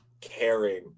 caring